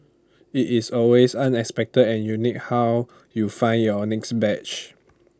IT is always unexpected and unique how you find your next badge